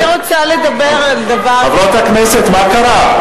אני רוצה לדבר על דבר, חברות הכנסת, מה קרה?